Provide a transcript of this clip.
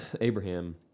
Abraham